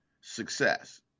success